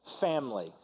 family